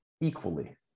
equally